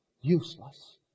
useless